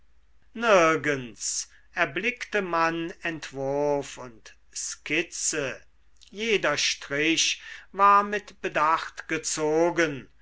nirgends erblickte man entwurf und skizze jeder strich war mit bedacht gezogen